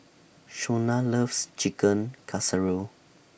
Shauna loves Chicken Casserole